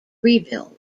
rebuild